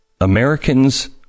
americans